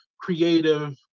creative